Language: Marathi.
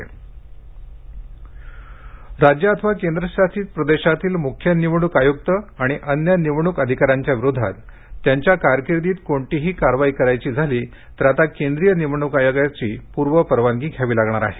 निवडणक आयोग राज्यं अथवा केंद्रशासित प्रदेशातील मुख्य निवडणूक आयुक्त आणि अन्य निवडणूक अधिकाऱ्यांविरोधात त्यांच्या कारकिर्दीत कोणतीही कारवाई करायची झाल्यास आता केंद्रिय निवडणूक आयोगाची पूर्व परवानगी घ्यावी लागणार आहे